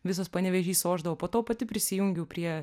visas panevėžys ošdavo po to pati prisijungiau prie